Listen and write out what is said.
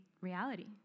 reality